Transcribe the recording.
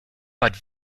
but